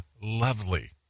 lovely